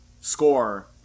score